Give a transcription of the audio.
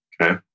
Okay